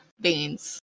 beans